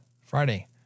Friday